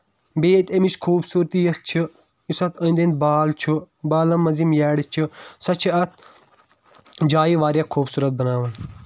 بیٚیہِ اَتہِ اَمِچ خوٗبصوٗرتی یۄس چھِ یُس اَتھ أنٛدۍ أنٛدۍ بال چھُ بالو منٛز یِم یارِ چھِ سۄ چھِ اتھ جایہِ واریاہ خوٗبصوٗرَت بناوان